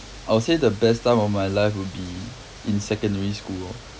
I would say the best time of my life would be in secondary school lor